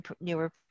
newer